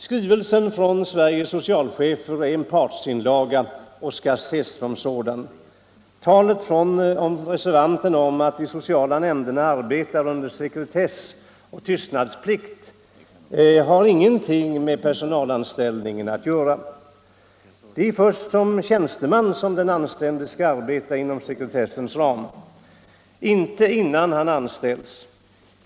Skrivelsen från Sveriges socialchefer är en partsinlaga och skall ses som en sådan. Talet från reservanterna om att de sociala nämnderna arbetar under sekretess och tystnadsplikt har ingenting med personalanställningen att göra. Det är först i egenskap av tjänsteman som den anställde skall arbeta inom sekretessens ramar; inte innan han anställs.